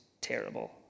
terrible